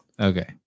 okay